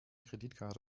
kreditkarte